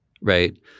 right